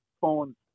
phones